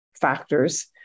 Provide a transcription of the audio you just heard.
factors